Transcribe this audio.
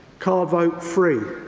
card vote three.